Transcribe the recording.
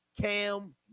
Cam